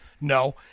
No